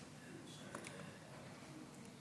ההצעה להעביר את הנושא לוועדת החוץ והביטחון